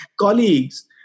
colleagues